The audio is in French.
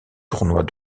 tournois